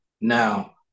Now